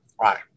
right